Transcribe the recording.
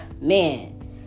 Man